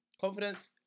Confidence